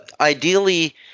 Ideally